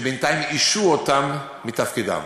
שבינתיים השעו אותם מתפקידם.